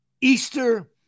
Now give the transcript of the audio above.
Easter